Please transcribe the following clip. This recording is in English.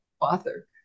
author